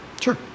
Sure